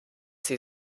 sie